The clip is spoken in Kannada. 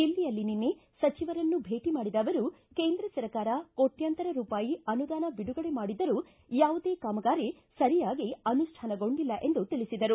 ದಿಲ್ಲಿಯಲ್ಲಿ ನಿನ್ನೆ ಸಚಿವರನ್ನು ಭೇಟಿ ಮಾಡಿದ ಅವರು ಕೇಂದ್ರ ಸರ್ಕಾರ ಕೋಟ್ಟಂತರ ರೂಪಾಯಿ ಅನುದಾನ ಬಿಡುಗಡೆ ಮಾಡಿದ್ದರೂ ಯಾವುದೇ ಕಾಮಗಾರಿ ಸರಿಯಾಗಿ ಅನುಷ್ಠಾನಗೊಂಡಿಲ್ಲ ಎಂದು ತಿಳಿಸಿದರು